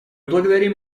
благодарим